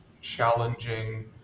challenging